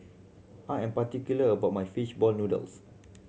I am particular about my fish ball noodles